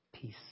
Peace